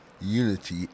unity